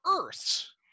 Earths